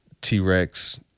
T-Rex